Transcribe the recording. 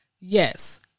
Yes